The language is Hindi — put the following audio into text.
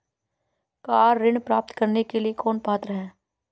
कार ऋण प्राप्त करने के लिए कौन पात्र है?